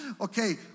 Okay